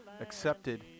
accepted